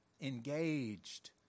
engaged